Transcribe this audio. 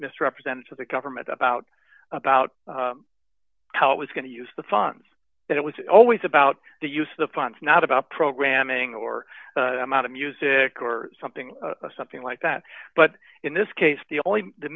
misrepresented to the government about about how it was going to use the funds it was always about the use of the funds not about programming or amount of music or something something like that but in this case the only the